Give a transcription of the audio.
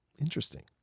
Interesting